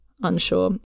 unsure